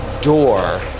door